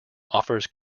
offers